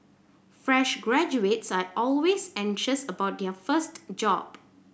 fresh graduates are always anxious about their first job